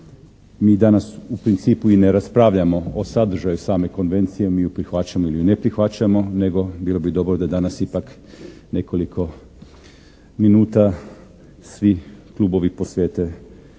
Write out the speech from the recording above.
Mi danas u principu i ne raspravljamo o sadržaju same Konvencije, mi ju prihvaćamo ili ju ne prihvaćamo, nego bilo bi dobro da danas ipak nekoliko minuta svi klubovi posvete